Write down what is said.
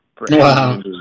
Wow